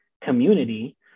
community